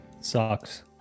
Sucks